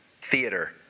theater